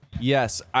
Yes